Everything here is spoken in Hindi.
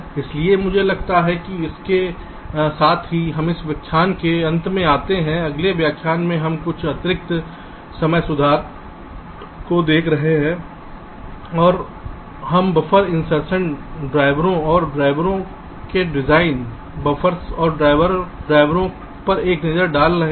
इसलिए मुझे लगता है कि इसके साथ ही हम इस व्याख्यान के अंत में आते हैं अगले व्याख्यान में हम कुछ अतिरिक्त समय सुधार के तरीकों को देख रहे हैं और हम बफर इंसर्शन ड्राइवरों और ड्राइवरों के डिजाइन बफ़र्स और ड्राइवरों पर एक नज़र डाल रहे हैं